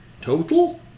Total